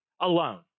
alone